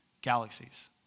galaxies